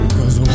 Cause